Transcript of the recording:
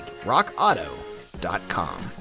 RockAuto.com